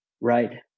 right